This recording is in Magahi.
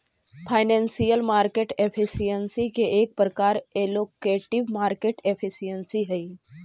फाइनेंशियल मार्केट एफिशिएंसी के एक प्रकार एलोकेटिव मार्केट एफिशिएंसी हई